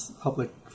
public